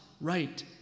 right